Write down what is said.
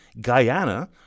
Guyana